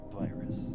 virus